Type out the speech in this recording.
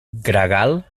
gregal